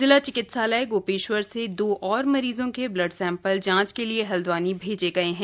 जिला चिकित्सालय गोपेश्वर से दो और मरीजों के ब्लड सैंपल जांच के लिए हल्द्वानी भेजे गए हैं